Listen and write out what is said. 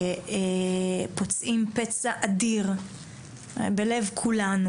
שפוצעים פצע אדיר בלב כולנו.